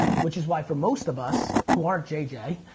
which is why for most of us who aren't jay jay,